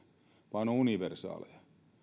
vaan ne ovat universaaleja ja